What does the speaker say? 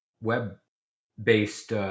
web-based